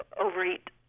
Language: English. overeat